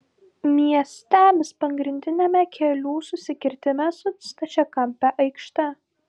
miestelis pagrindiniame kelių susikirtime su stačiakampe aikšte